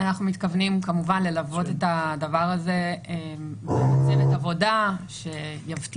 אנחנו מתכוונים כמובן ללוות את הדבר הזה בצוות עבודה שיבטיח